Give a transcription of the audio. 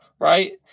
right